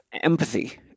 empathy